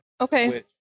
Okay